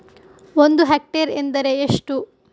ಒಂದು ಹೆಕ್ಟೇರ್ ಎಂದರೆ ಎಷ್ಟು?